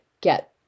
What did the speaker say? get